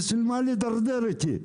למה לדרדר אותי?